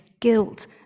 guilt